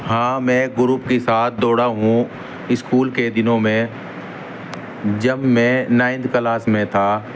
ہاں میں گروپ کے ساتھ دوڑا ہوں اسکول کے دنوں میں جب میں نائنتھ کلاس میں تھا